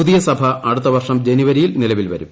പുതിയ സഭ അടുത്തവർഷം ജനുവരിയിൽ നിലവിൽ വരും